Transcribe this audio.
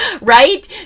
right